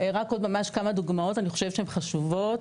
עוד ממש כמה דוגמאות, אני חושבת שהן חשובות.